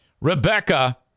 Rebecca